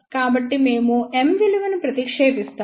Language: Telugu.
కాబట్టి మేము M విలువను ప్రతిక్షేపిస్తాము